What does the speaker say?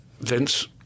Vince